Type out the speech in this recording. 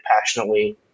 passionately